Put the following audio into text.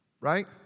right